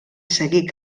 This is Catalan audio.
seguir